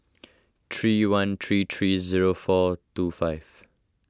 three one three three zero four two five